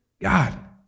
God